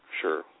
sure